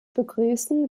begrüßen